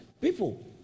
people